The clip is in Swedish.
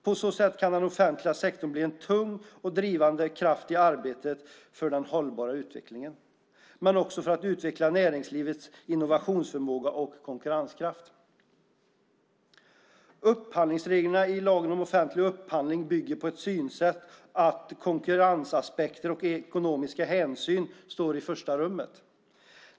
På så sätt kan den offentliga sektorn bli en tung drivkraft i arbetet för hållbar utveckling men också utveckla näringslivets innovationsförmåga och konkurrenskraft. Upphandlingsreglerna i lagen om offentlig upphandling bygger på synsättet att konkurrensaspekter och ekonomiska hänsyn står i första rummet.